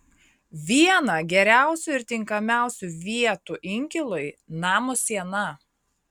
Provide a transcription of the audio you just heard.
viena geriausių ir tinkamiausių vietų inkilui namo siena